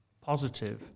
positive